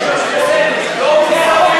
לא מוסרי